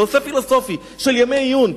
זה נושא פילוסופי לימי עיון,